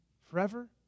Forever